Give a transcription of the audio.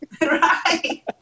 Right